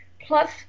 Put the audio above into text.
Plus